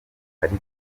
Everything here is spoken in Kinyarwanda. ariko